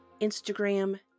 Instagram